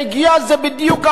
זה בדיוק החוק.